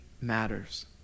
matters